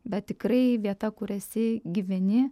bet tikrai vieta kur esi gyveni